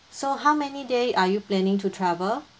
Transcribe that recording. so how many day are you planning to travel